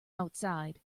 outside